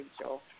Rachel